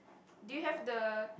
do you have the